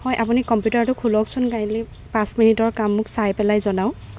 হয় আপুনি কম্পিউটাৰটো খুলকচোন কাইণ্ডলি পাঁচ মিনিটৰ কাম মোক চাইপেলাই জনাওক